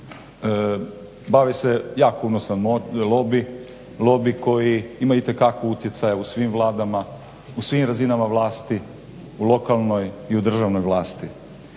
bavi se jako unosan lobi, lobi koji ima itekako utjecaja u svim vladama, u svim razinama vlasti, u lokalnoj i u državnoj vlasti.